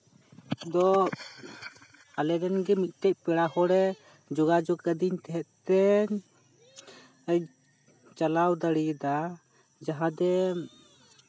ᱫᱚ ᱟᱞᱮ ᱨᱮᱱ ᱜᱮ ᱢᱤᱫᱴᱮᱱ ᱯᱮᱲᱟ ᱦᱚᱲᱮ ᱡᱳᱜᱟᱡᱳᱜ ᱟᱹᱫᱤᱧ ᱛᱟᱦᱮᱸᱫ ᱛᱮ ᱪᱟᱞᱟᱣ ᱫᱟᱲᱮᱭᱟᱫᱟ ᱡᱟᱦᱟᱸᱛᱮ